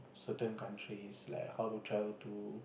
certain countries like how to travel to